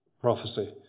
prophecy